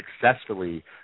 successfully